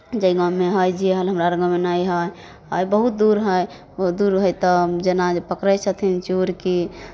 जइमामे हइ जहल हमरा आर गाँवमे नहि हइ आ बहुत दूर हइ बहुत दूर हइ तऽ जेना पकड़ै छथिन चोरकेँ